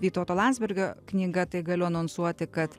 vytauto landsbergio knyga tai galiu anonsuoti kad